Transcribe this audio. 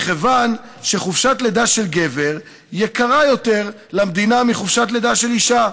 מכיוון שחופשת לידה של גבר יקרה יותר למדינה מחופשת לידה של אישה.